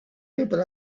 people